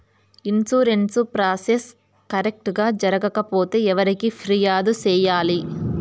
insurance process correct గా జరగకపోతే ఎవరికి ఫిర్యాదు సేయాలి